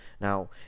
Now